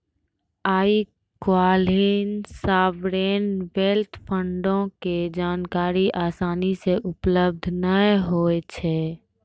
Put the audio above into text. आइ काल्हि sovereign wealth फंडो के जानकारी असानी से उपलब्ध नै होय छै